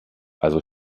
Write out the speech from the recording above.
also